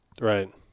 Right